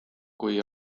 kui